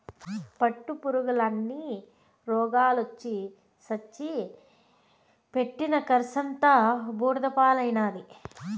పట్టుపురుగుల అన్ని రోగాలొచ్చి సచ్చి పెట్టిన కర్సంతా బూడిద పాలైనాది